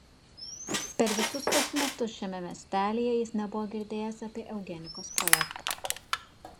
per visus tuos metus šiame miestelyje jis nebuvo girdėjęs apie eugenikos projektą